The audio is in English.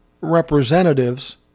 representatives